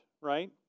right